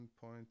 point